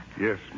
Yes